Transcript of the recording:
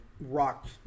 rock